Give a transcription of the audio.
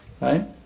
Right